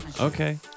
Okay